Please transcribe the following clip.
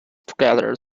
together